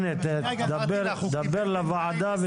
דבר לוועדה.